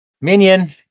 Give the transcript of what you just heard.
minion